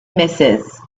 misses